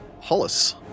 Hollis